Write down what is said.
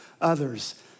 others